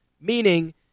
Meaning